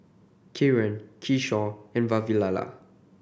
Kiran Kishore and Vavilala